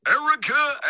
erica